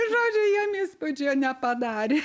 žodžiu jiem įspūdžio nepadarė